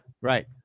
Right